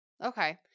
Okay